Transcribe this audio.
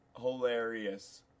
hilarious